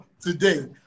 today